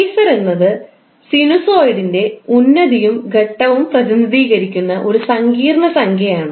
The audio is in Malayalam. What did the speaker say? ഫേസർ എന്നത് സിനുസോയിഡിന്റെ ഉന്നതിയും ഘട്ടവും amplitude phase പ്രതിനിധീകരിക്കുന്ന ഒരു സങ്കീർണ്ണ സംഖ്യയാണ്